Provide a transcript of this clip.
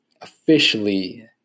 officially